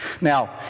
Now